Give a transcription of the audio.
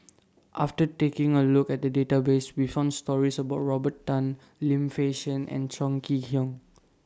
after taking A Look At The Database We found stories about Robert Tan Lim Fei Shen and Chong Kee Hiong